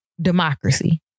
democracy